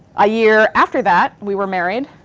a year after that, we were married,